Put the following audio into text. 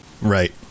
right